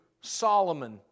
Solomon